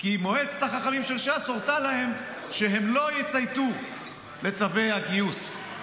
כי מועצת החכמים של ש"ס הורתה להם שהם לא יצייתו לצווי הגיוס.